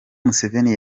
museveni